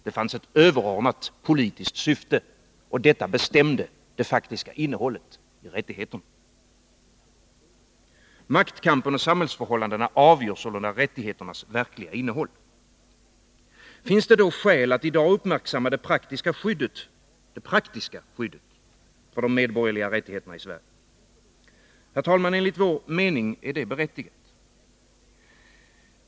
Det fanns ett överordnat politiskt syfte, och detta bestämde det faktiska innehållet i rättigheterna. Maktkampen och samhällsförhållandena avgör sålunda rättigheternas verkliga innehåll. Finns det då skäl att i dag uppmärksamma det praktiska skyddet för de medborgerliga rättigheterna i Sverige? Ja, fru talman, enligt vår mening är det berättigat.